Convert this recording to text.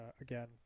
again